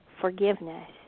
forgiveness